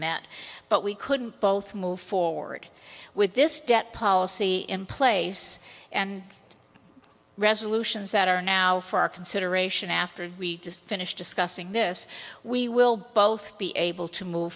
met but we couldn't both move forward with this debt policy in place and resolutions that are now for our consideration after we just finished discussing this we will both be able to move